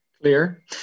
Clear